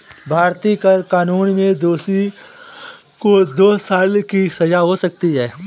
भारतीय कर कानून में दोषी को दो साल की सजा हो सकती है